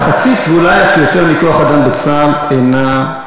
מחצית ואולי אף יותר מכוח האדם בצה"ל אינה,